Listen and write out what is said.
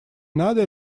надо